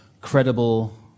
credible